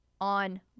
on